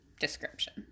description